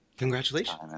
congratulations